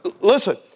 Listen